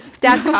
dad